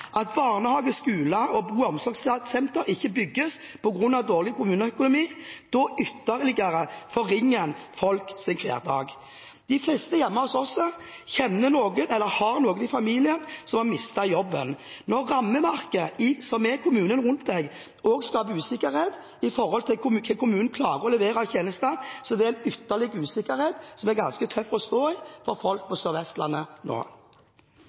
at barnehager, skoler og bo- og omsorgssenter ikke bygges på grunn av dårlig kommuneøkonomi, forringer en ytterligere folks hverdag. De fleste hjemme hos oss kjenner noen eller har noen i familien som har mistet jobben. Når rammeverket, som er kommunen rundt en, også skaper usikkerhet for om den klarer å levere tjenester, er det en ytterligere usikkerhet som er ganske tøff å stå i for folk på Sør-Vestlandet nå.